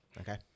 Okay